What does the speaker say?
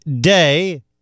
day